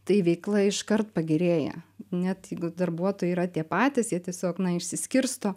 tai veikla iškart pagerėja net jeigu darbuotojai yra tie patys jie tiesiog išsiskirsto